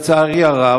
לצערי הרב,